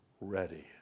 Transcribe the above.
ready